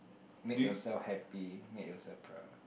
make yourself happy make yourself proud